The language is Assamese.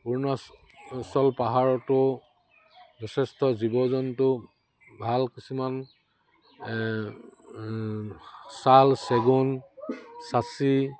অৰুণাচ চল পাহাৰতো যথেষ্ট জীৱ জন্তু ভাল কিছুমান ছাল চেগুন চাচি